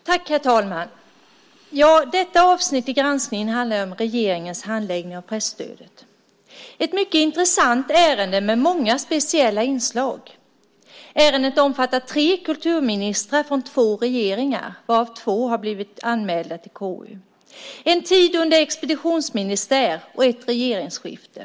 Herr talman! Detta avsnitt i granskningen handlar om regeringens handläggning av presstödet. Det är ett mycket intressant ärende med många speciella inslag. Ärendet omfattar tre kulturministrar från två regeringar, varav två har blivit anmälda till KU. Det omfattar en tid under expeditionsministär och ett regeringsskifte.